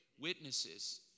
Witnesses